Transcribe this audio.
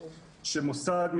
שמוסד,